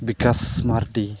Vikas Mardi